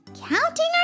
counting